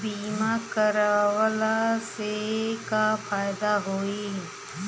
बीमा करवला से का फायदा होयी?